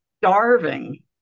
starving